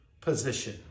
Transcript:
position